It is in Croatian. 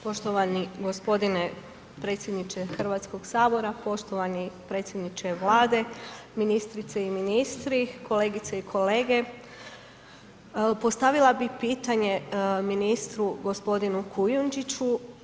Poštovan gospodine predsjedniče Hrvatskog sabora, poštovani predsjedniče Vlade, ministrice i ministri, kolegice i kolege, postavila bi pitanje ministru gospodinu Kujundžiću.